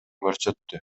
көрсөттү